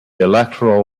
electoral